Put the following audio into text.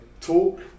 talk